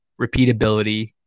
repeatability